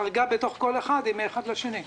החריגה בתוך כל אחד היא מאחד לשני.